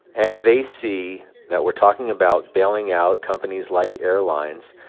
and they see that we're talking about bailing out companies like airlines,